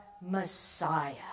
Messiah